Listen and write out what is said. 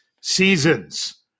seasons